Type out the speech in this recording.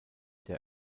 der